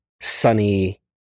sunny